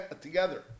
together